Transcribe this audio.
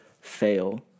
fail